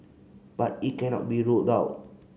but it cannot be ruled out